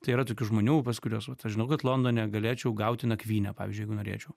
tai yra tokių žmonių pas kuriuos vat aš žinau kad londone galėčiau gauti nakvynę pavyzdžiui jeigu norėčiau